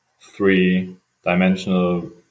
three-dimensional